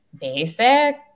basic